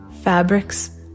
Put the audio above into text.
fabrics